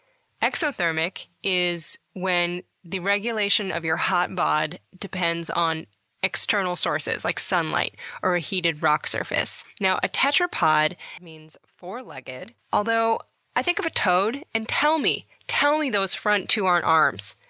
exothermic is when the regulation of your hot bod depends on external sources, like sunlight or a heated rock surface. now, a tetrapod means four-legged, although i think of a toad and tell me, tell me those front two aren't arms.